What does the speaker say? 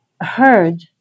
heard